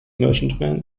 merchantmen